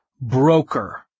broker